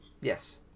Yes